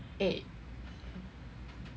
eh